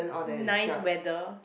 nice weather